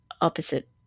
opposite